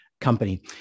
company